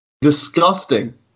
disgusting